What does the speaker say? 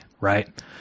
Right